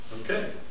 Okay